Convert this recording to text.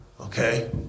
Okay